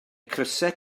crysau